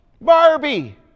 Barbie